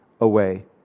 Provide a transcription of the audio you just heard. away